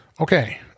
okay